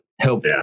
help